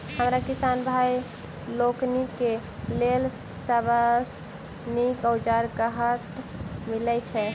हमरा किसान भाई लोकनि केँ लेल सबसँ नीक औजार कतह मिलै छै?